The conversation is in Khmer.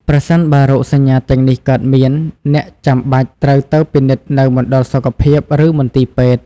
ប្រសិនបើរោគសញ្ញាទាំងនេះកើតមាន អ្នកចាំបាច់ត្រូវទៅពិនិត្យនៅមណ្ឌលសុខភាព ឬមន្ទីរពេទ្យ។